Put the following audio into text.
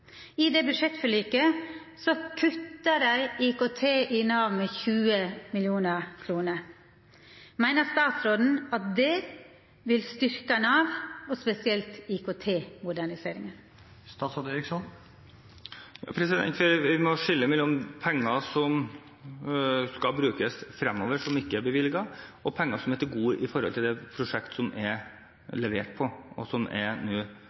I det budsjettforliket kuttar ein 20 mill. kr til IKT i Nav. Meiner statsråden at det vil styrkja Nav, og spesielt IKT-moderniseringa? Man må skille mellom penger som skal brukes fremover, som ikke er bevilget, og penger som er til gode når det gjelder prosjekt som er levert på og